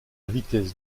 vitesse